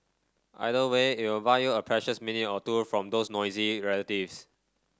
either way it will buy you a precious minute or two from those nosy relatives